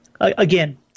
again